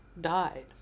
died